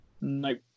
Nope